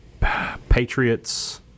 Patriots